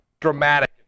dramatic